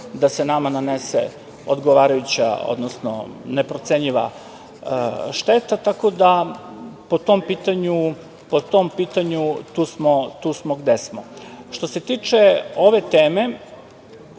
da se nama nanese neprocenjiva šteta, tako da po tom pitanju tu smo gde smo. Što se tiče ove teme,